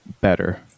better